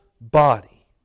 body